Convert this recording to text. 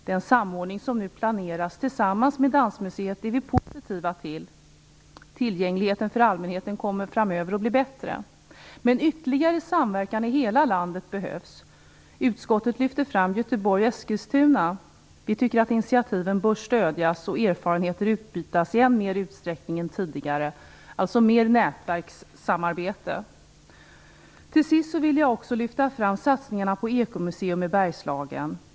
Den samordning som nu planeras tillsammans med Dansmuseet är vi positiva till. Tillgängligheten för allmänheten kommer framöver att bli bättre. Men ytterligare samverkan i hela landet behövs. Utskottet lyfter fram Göteborg och Eskilstuna. Vi tycker att initiativen bör stödjas och erfarenheter utbytas i större utsträckning än tidigare, alltså mer nätverkssamarbete. Till sist vill jag också lyfta fram satsningarna på Ekomuseum i Bergslagen.